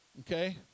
Okay